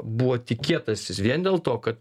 buvo tikėtasis vien dėl to kad